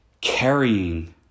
carrying